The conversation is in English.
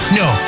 no